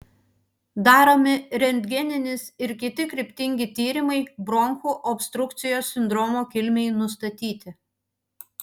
daromi rentgeninis ir kiti kryptingi tyrimai bronchų obstrukcijos sindromo kilmei nustatyti